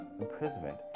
imprisonment